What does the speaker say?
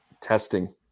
testing